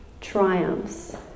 triumphs